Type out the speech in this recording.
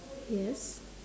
yes